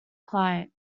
client